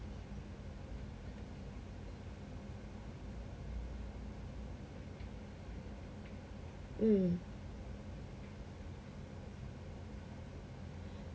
mm